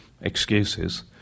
excuses